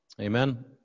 Amen